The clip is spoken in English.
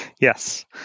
yes